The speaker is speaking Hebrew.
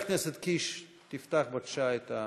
חבר הכנסת קיש, תפתח בבקשה את הנאומים היום.